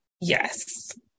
Yes